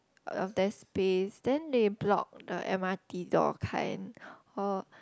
of that space then they block the M_R_T door kind oh